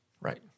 Right